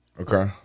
Okay